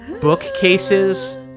Bookcases